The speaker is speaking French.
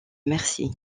merci